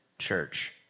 church